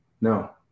No